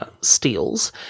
steals